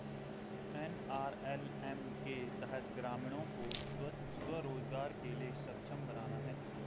NRLM के तहत ग्रामीणों को स्व रोजगार के लिए सक्षम बनाना है